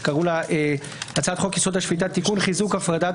שקראו לה הצעת חוק יסוד: השפיטה - תיקון חיזוק הפרדת